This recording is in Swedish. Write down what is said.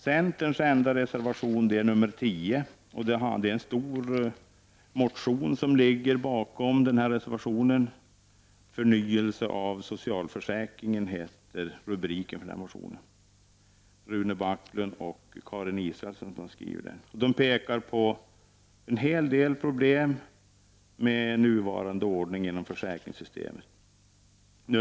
Centerns enda reservation är reservation 10. Det ligger en stor motion bakom reservationen. Motionen har som rubrik Förnyelse av socialförsäkringen. Rune Backlund och Karin Israelsson har skrivit motionen. De pekar på en hel del problem med den nuvarade ordningen inom försäkringssystemet.